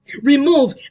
remove